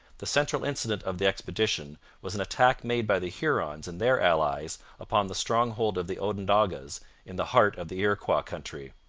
the central incident of the expedition was an attack made by the hurons and their allies upon the stronghold of the onondagas in the heart of the iroquois country.